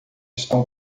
estão